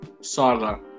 saga